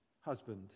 husband